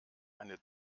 eine